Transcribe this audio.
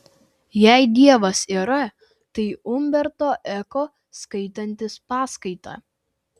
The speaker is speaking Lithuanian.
jei dievas yra tai umberto eko skaitantis paskaitą